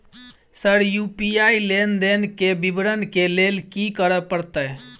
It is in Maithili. सर यु.पी.आई लेनदेन केँ विवरण केँ लेल की करऽ परतै?